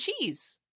cheese